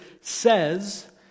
says